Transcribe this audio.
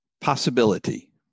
Possibility